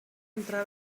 entrar